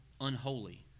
unholy